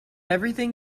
everything